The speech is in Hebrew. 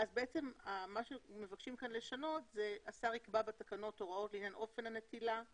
מה שמבקשים כאן לשנות זה ש"השר יקבע בתקנות לעניין אופן הנטילה,